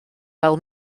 fel